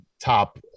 top